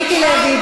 מיקי לוי,